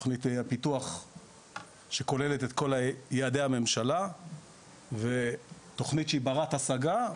תכנית פיתוח אשר כוללת את כל יעדי הממשלה ותכנית שהיא ברת השגה,